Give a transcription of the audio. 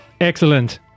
Excellent